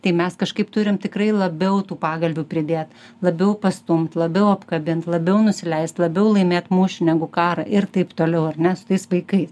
tai mes kažkaip turim tikrai labiau tų pagalvių pridėt labiau pastumt labiau apkabint labiau nusileist labiau laimėt mūšį negu karą ir taip toliau ar ne su tais vaikais